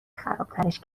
خرابترش